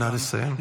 נא לסיים.